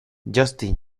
justin